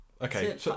Okay